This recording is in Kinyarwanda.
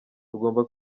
tugomba